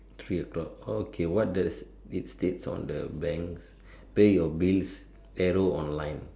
three o-clock okay what does it states on the bank's pay your bills arrow online